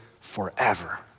forever